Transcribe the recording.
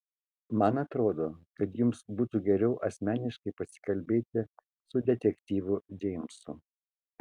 man atrodo kad jums būtų geriau asmeniškai pasikalbėti su detektyvu džeimsu